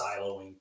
siloing